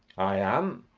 i am.